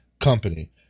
company